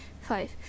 Five